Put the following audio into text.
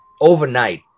Overnight